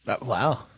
wow